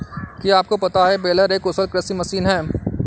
क्या आपको पता है बेलर एक कुशल कृषि मशीन है?